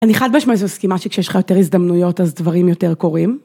אני חד משמעית מסכימה שכשיש לך יותר הזדמנויות אז דברים יותר קורים.